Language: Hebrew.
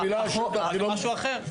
השטח זה האדם הפרטי, זה משהו אחר.